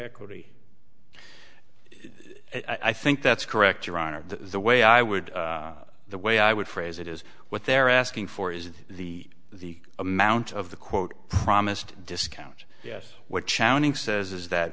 equity i think that's correct your honor the way i would the way i would phrase it is what they're asking for is the the amount of the quote promised discount yes what challenging says is that